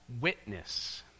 witness